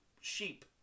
sheep